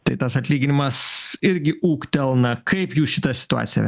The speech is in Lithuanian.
tai tas atlyginimas irgi ūgtelna kaip jūs šitą situaciją